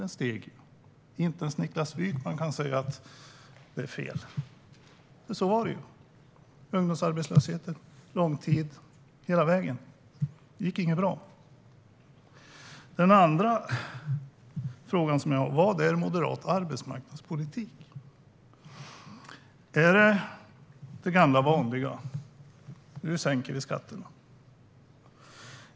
Den steg. Inte ens Niklas Wykman kan säga att det är fel, för så var det. Det gäller ungdomsarbetslösheten, långtidsarbetslösheten och hela vägen. Det gick inte bra. En annan fråga jag har är: Vad är moderat arbetsmarknadspolitik? Är det det gamla vanliga om att nu sänker vi skatterna?